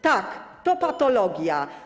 Tak, to patologia.